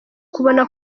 kubona